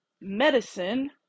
medicine